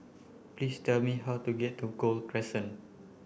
please tell me how to get to Gul Crescent